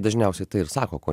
dažniausiai tai ir sako ko